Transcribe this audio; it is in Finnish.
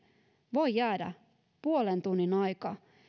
voi jäädä puolen tunnin aika